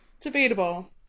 debatable